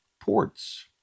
ports